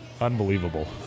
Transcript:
Unbelievable